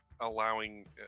allowing